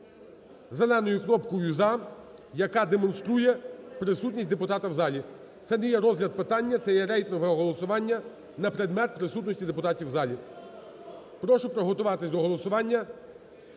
зеленою кнопкою "за", яка демонструє присутність депутата в залі. Це не є розгляд питання, це є рейтингове голосування на предмет присутності депутатів в залі. Прошу приготуватися до голосування